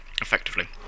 effectively